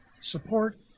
support